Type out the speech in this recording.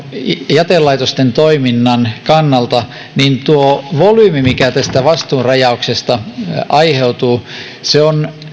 jätelaitosten toiminnan kannalta niin tuo volyymi mikä tästä vastuunrajauksesta aiheutuu on